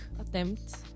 attempt